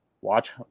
Watch